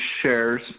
shares